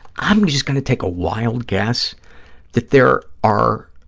i'm just going to take a wild guess that there are,